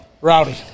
Rowdy